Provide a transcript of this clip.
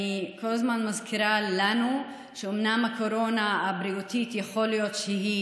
אני כל הזמן מזכירה לנו שאומנם יכול להיות שהקורונה הבריאותית מסתיימת,